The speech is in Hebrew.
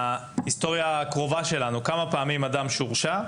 מההיסטוריה הקרובה שלנו כמה פעמים אדם שהורשע,